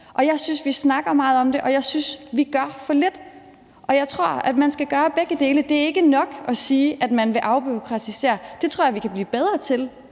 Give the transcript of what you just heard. Og jeg synes, vi snakker meget om det, og jeg synes, vi gør for lidt. Jeg tror, at man skal gøre begge dele. Det er ikke nok at sige, at man vil afbureaukratisere. Det tror jeg vi kan blive bedre til,